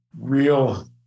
real